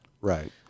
Right